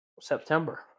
September